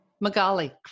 magali